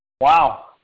Wow